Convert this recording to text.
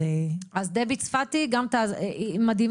אז דבי צפתי היא מדהימה.